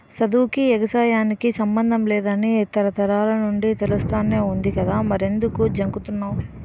సదువుకీ, ఎగసాయానికి సమ్మందం లేదని తరతరాల నుండీ తెలుస్తానే వుంది కదా మరెంకుదు జంకుతన్నావ్